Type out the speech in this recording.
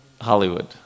Hollywood